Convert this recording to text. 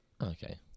Okay